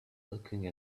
looking